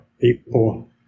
people